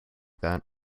that